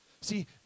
See